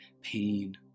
pain